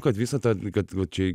kad visa ta kad va čia